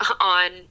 on